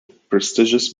prestigious